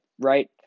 right